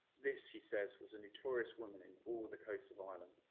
this, he says, was a notorious women in all the coast of ireland.